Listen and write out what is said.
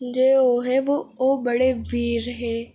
जेह्ड़े ओह् हे ओह् बड़े वीर हे